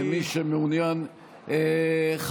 למי שמעוניין, אני אמשיך.